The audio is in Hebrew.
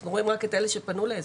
אנחנו רואים רק את אלה שכן פנו לעזרה.